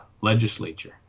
legislature